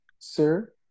Sir